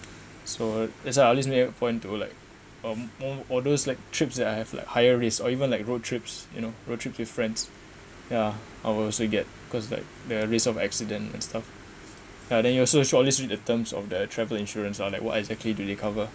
so that's why I always make a point to like um all those like trips that I have like higher risk or even like road trips you know road trips with friends ya I will also get because like the risk of accident and stuff ya then you also should always read the terms of their travel insurance like what exactly do they cover